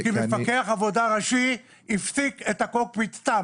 כי מפקח עבודה ראשי הפסיק את הקוקפיט סתם.